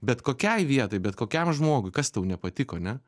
bet kokiai vietai bet kokiam žmogui kas tau nepatiko ane